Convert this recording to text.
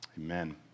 amen